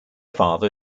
father